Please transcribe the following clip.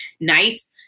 nice